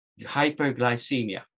hyperglycemia